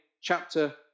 chapter